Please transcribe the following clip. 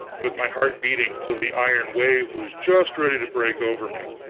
with my heart beating, till the iron wave was just ready to break over me,